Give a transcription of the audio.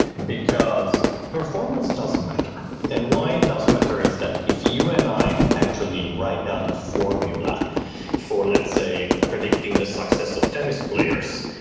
because performance does matter and why it does matter is that if you and i actually write down the formula for let's say, predicting the success of tennis players,